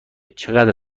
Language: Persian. چقدر